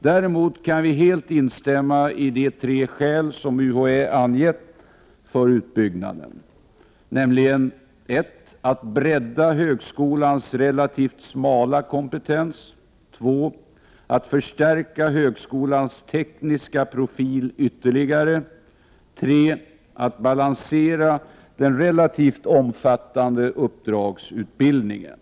Däremot kan vi helt instämma i de tre syften som UHÄ angivit med utbyggnaden, nämligen: = att bredda högskolans relativt smala kompetens, = att förstärka högskolans tekniska profil ytterligare, och = att balansera den relativt omfattande uppdragsutbildningen.